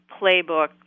playbook